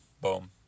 boom